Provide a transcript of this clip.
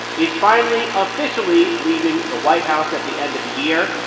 is finally officially leaving the white house at the end of the year.